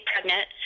pregnant